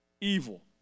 evil